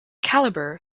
caliber